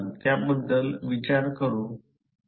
मी ते येथे बनवित आहे की ते समजते आहे की नाही हे पहा